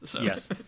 Yes